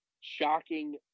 shocking